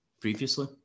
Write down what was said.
previously